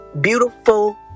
beautiful